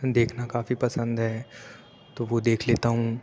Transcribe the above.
دیکھنا کافی پسند ہے تو وہ دیکھ لیتا ہوں